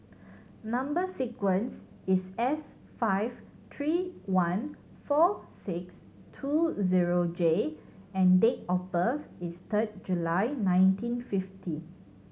number sequence is S five three one four six two zero J and date of birth is third July nineteen fifty